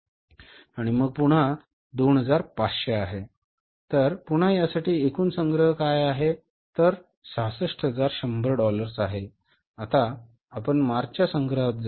आणि मग पुन्हा 2500 आहे तर पुन्हा यासाठी एकूण संग्रह काय आहे 66100 डॉलर्स आहे आता आपण मार्चच्या संग्रहात जा